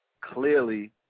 clearly